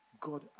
God